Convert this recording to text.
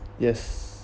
yes